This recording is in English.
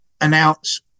announce